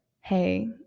hey